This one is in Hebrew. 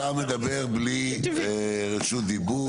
אתה מדבר ללא רשות דיבור.